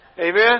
Amen